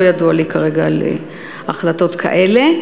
לא ידוע לי כרגע על החלטות כאלה.